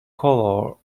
color